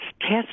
test